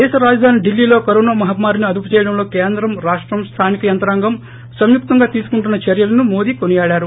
దేశ రాజధాని డిల్లీలో కరోనా మహమ్మారిని అదుపు చేయడంలో కేంద్రం రాష్టం స్థానిక యంత్రాంగం సంయుక్తంగా తీసుకుంటున్న చర్యలను మోదీ కోసియాడారు